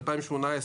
ב-2018,